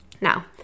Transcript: Now